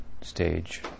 stage